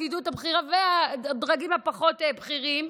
הפקידות הבכירה והדרגים הפחות בכירים בנו,